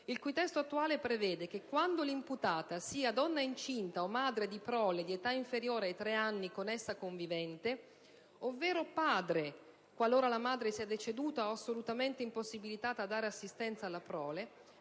il cui testo attuale prevede che quando l'imputata sia donna incinta o madre di prole di età inferiore ai tre anni con essa convivente (ovvero padre, qualora la madre sia deceduta o assolutamente impossibilitata a dare assistenza alla prole)